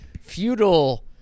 feudal